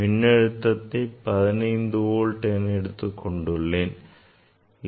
மின்னழுத்தத்தை 15 வோல்ட் என எடுத்துக் கொண்டுள்ளேன்